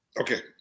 Okay